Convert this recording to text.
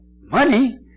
money